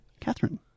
Catherine